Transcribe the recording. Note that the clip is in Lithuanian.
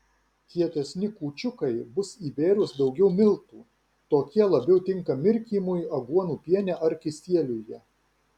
kietesni kūčiukai bus įbėrus daugiau miltų tokie labiau tinka mirkymui aguonų piene ar kisieliuje